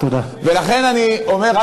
לכן אני אומר,